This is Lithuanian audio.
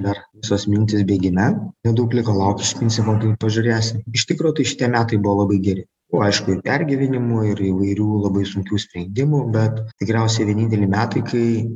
dar visos mintys bėgime nedaug liko laukt iš principo tai pažiūrėsim iš tikro tai šitie metai buvo labai geri buvo aišku ir pergyvenimų ir įvairių labai sunkių sprendimų bet tikriausiai vieninteliai metai kai